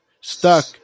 stuck